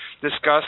discussed